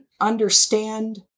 understand